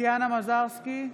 טטיאנה מזרסקי,